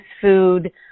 food